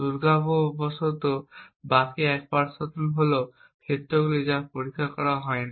দুর্ভাগ্যবশত বাকি 1 শতাংশ হল সেই ক্ষেত্রগুলি যা পরীক্ষা করা হয় না